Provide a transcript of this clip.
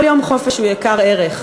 כל יום חופש הוא יקר ערך,